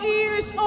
ears